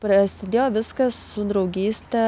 prasidėjo viskas su draugyste